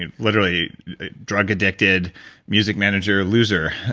and literally drug addicted music manager, loser.